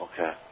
okay